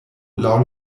laŭ